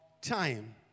time